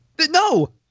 No